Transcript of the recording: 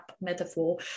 metaphor